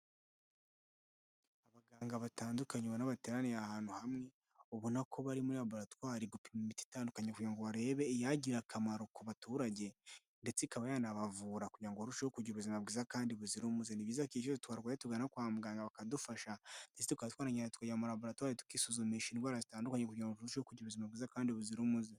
Abaganga batandukanye b bateraniye ahantu hamwe, ubona ko bari muri laboratwari gupima imiti itandukanye kugira ngo barebe iyagirarire akamaro ku baturage ndetse ikaba yanabavura kugira ngo barusheho kugira ubuzima bwiza kandi buzira umuze. Ni byiza ko igihe turwaye tujya kwa muganga bakadufasha ndetse byakara tukagana laboratore tukisuzumisha indwara zitandukanye kugira ngo turusheho kugira ubuzima bwiza kandi buzira umuze.